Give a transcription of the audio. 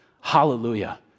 hallelujah